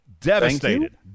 devastated